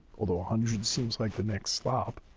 although, a hundred seems like the next stop.